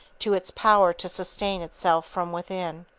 to its power to sustain itself from within.